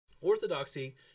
Orthodoxy